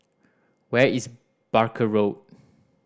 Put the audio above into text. where is Barker Road